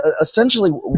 essentially